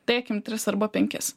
dėkim tris arba penkis